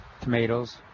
tomatoes